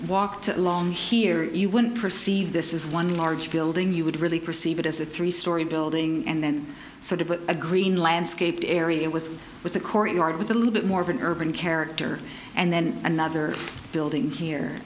walked along here you wouldn't perceive this as one large building you would really perceive it as a three story building and then sort of a green landscape area with with a courtyard with a little bit more of an urban character and then another building here